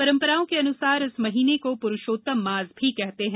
परम्पराओं के अनुसार इस महीने को पुरूषोत्तम मास भी कहते हैं